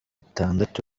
itandatu